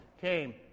Came